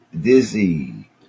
Dizzy